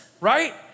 right